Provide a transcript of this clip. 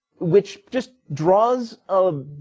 which just draws um